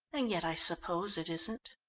and yet i suppose it isn't.